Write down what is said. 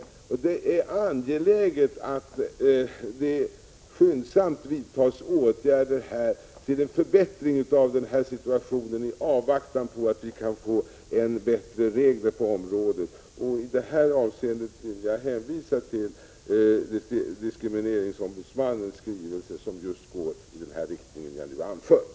Det är angeläget att det skyndsamt vidtas åtgärder härvidlag, så att situationen förbättras i avvaktan på att vi får bättre regler på området. I detta avseende vill jag hänvisa till diskrimineringsombudsmannens skrivelse, som går i just den riktning som jag nu har anfört.